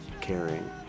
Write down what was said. caring